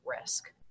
risk